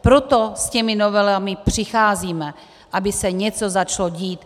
Proto s těmi novelami přicházíme, aby se něco začalo dít.